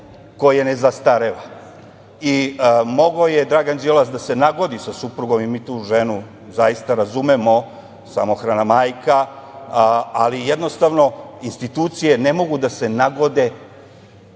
koje ne zastareva. Mogao je Dragan Đilas da se nagodi sa suprugom, mi tu ženu zaista razumemo, samohrana majka, ali jednostavno institucije ne mogu da se nagode